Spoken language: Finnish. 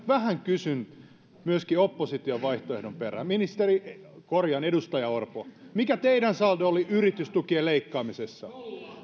vähän kysyn myöskin opposition vaihtoehdon perään ministeri korjaan edustaja orpo mikä teidän saldonne oli yritystukien leikkaamisessa